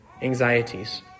anxieties